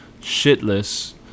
shitless